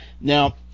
Now